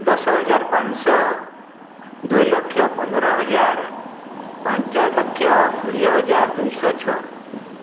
ଦଶହଜାର ପାଞ୍ଚଶହ ଦୁଇଲକ୍ଷ ପନ୍ଦରହଜାର ପାଞ୍ଚଲକ୍ଷ କୋଡ଼ିଏହଜାର ଦୁଇଶହଛଅ